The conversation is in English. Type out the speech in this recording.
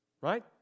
Right